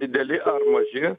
dideli ar maži